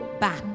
back